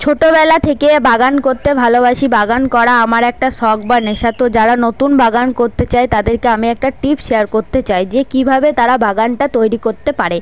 ছোটোবেলা থেকে বাগান করতে ভালোবাসি বাগান করা আমার একটা শখ বা নেশা তো যারা নতুন বাগান করতে চায় তাদেরকে আমি একটা টিপ শেয়ার করতে চাই যে কীভাবে তারা বাগানটা তৈরি করতে পারে